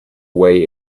way